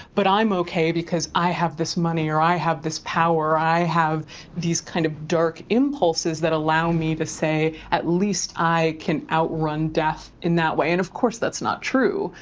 but i'm okay because i have this money, or i have this power, or i have these kind of dark impulses that allow me to say, at least i can outrun death in that way. and of course, that's not true,